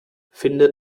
finde